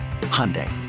Hyundai